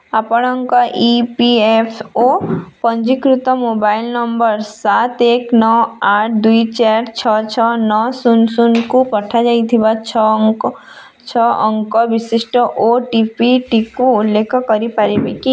ଆପଣଙ୍କ E P F O ପଞ୍ଜୀକୃତ mobile number ସାତ ଏକ ନଅ ଆଠ ଦୁଇ ଚାରି ଛଅ ଛଅ ନଅ ଶୂନ ଶୂନକୁ ପଠାଯାଇଥିବା ଛଅ ଅଙ୍କ ଛଅ ଅଙ୍କ ବିଶିଷ୍ଟ ଓଟିପିଟିକୁ ଉଲ୍ଲେଖ କରିପାରିବେ କି